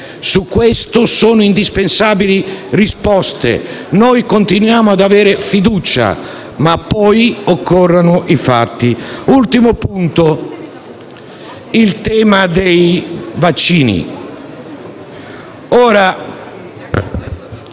Su questo sono indispensabili delle risposte. Noi continuiamo ad avere fiducia, ma poi occorrono i fatti. Un ultimo punto riguarda il tema dei vaccini.